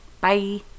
Bye